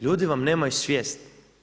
Ljudi vam nemaju svijest.